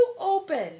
open